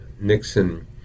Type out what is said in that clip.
Nixon